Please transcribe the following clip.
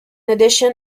addition